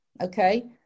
okay